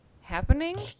happening